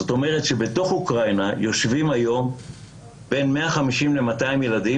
זאת אומרת שבתוך אוקראינה יושבים היום בין 150 ל-200 ילדים